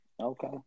Okay